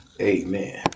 amen